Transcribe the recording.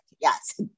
Yes